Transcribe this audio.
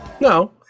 no